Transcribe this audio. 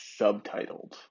subtitled